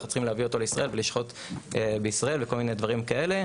אנחנו צריכים להביא אותו לישראל ולשחוט בישראל וכל מיני דברים כאלה,